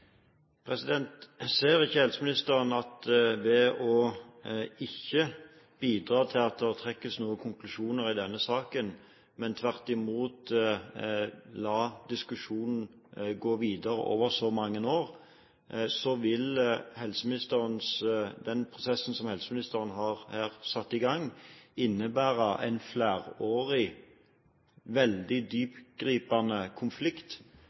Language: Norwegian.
Ser ikke helseministeren at ved ikke å bidra til at det trekkes noen konklusjoner i denne saken, men tvert imot la diskusjonen gå videre over så mange år, vil den prosessen som helseministeren her har satt i gang, innebære en flerårig veldig dyptgripende konflikt